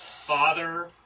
Father